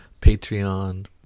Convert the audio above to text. Patreon